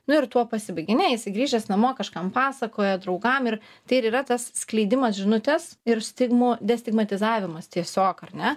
nu ir tuo pasibaigė ne jisai grįžęs namo kažkam pasakoja draugam ir tai ir yra tas skleidimas žinutės ir stigmų destigmatizavimas tiesiog ar ne